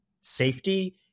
safety